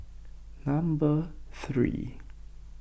number three